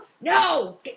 No